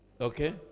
Okay